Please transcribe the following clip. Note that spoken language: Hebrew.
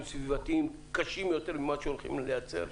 סביבתיים קשים יותר מכפי שהולכים לייצר.